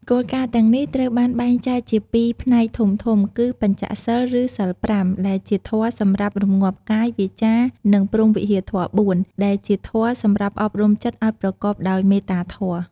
គោលការណ៍ទាំងនេះត្រូវបានបែងចែកជាពីរផ្នែកធំៗ គឺ បញ្ចសីល ឬ សីល ៥ ដែលជាធម៌សម្រាប់រម្ងាប់កាយ វាចា និង ព្រហ្មវិហារធម៌ ៤ ដែលជាធម៌សម្រាប់អប់រំចិត្តឲ្យប្រកបដោយមេត្តាធម៌។